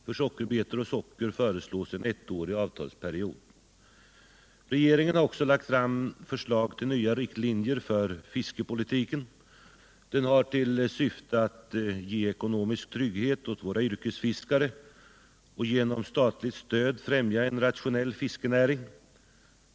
För sockerbetor och socker föreslås en ettårig avtalsperiod. Jag kommer att i en särskild proposition lägga fram förslag till riksdagen i denna fråga. Regeringen har också lagt fram förslag till nya riktlinjer för fiskepolitiken. Den har till syfte att ge ekonomisk trygghet åt våra yrkesfiskare och genom statligt stöd främja en rationell fiskenäring.